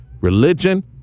religion